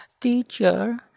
teacher